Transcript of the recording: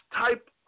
type